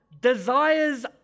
desires